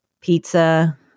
Pizza